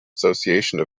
association